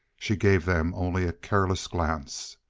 she gave them only a careless glance.